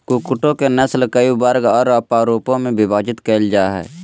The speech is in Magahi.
कुक्कुटों के नस्ल कई वर्ग और प्ररूपों में विभाजित कैल जा हइ